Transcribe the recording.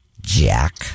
Jack